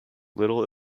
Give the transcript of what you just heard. little